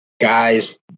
guys